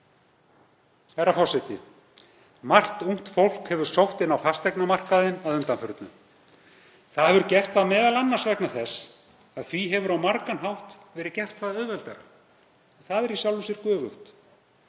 Herra forseti. Margt ungt fólk hefur sótt inn á fasteignamarkaðinn að undanförnu. Það hefur gert það m.a. vegna þess að því hefur á margan hátt verið gert það auðveldara. Það er í sjálfu sér göfugt.